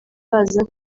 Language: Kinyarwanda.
baza